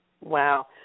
Wow